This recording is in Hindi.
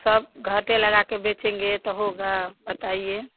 सब घटे लगा के बेचेंगे तो होगा बताइए